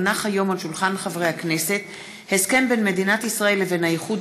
כי הונח היום על שולחן הכנסת הסכם בין מדינת ישראל לבין האיחוד